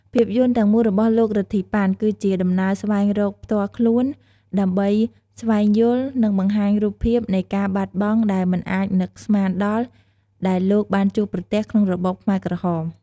ភាពយន្តទាំងមូលរបស់លោក រិទ្ធី ប៉ាន់ គឺជាដំណើរស្វែងរកផ្ទាល់ខ្លួន ដើម្បីស្វែងយល់ និងបង្ហាញរូបរាងនៃការបាត់បង់ដែលមិនអាចនឹកស្មានដល់ដែលលោកបានជួបប្រទះក្នុងរបបខ្មែរក្រហម។